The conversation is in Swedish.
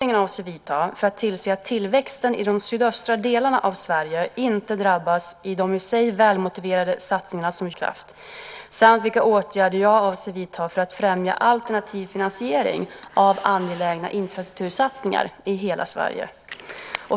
Herr talman! Christer Nylander har frågat vilka åtgärder regeringen avser att vidta för att tillse att tillväxten i de sydöstra delarna av Sverige inte drabbas av de i sig välmotiverade satsningar som görs för att stärka Trollhättans konkurrenskraft samt vilka åtgärder jag avser att vidta för att främja alternativ finansiering av angelägna infrastruktursatsningar i hela Sverige.